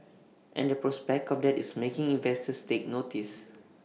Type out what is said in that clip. and the prospect of that is making investors take notice